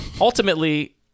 Ultimately